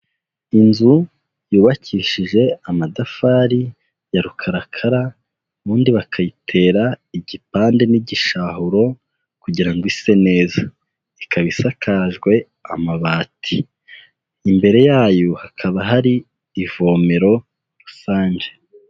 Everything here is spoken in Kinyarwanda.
Inzu yubakishije amatafari ya rukarakara, ubundi bakayitera igipande n'igishahuro kugira ngo ise neza. Ikaba isakajwe amabati. Imbere yayo hakaba hari ivomero rusange.